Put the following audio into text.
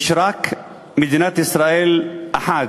יש רק מדינת ישראל אחת,